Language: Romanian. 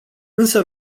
însă